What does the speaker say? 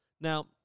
now